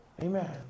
Amen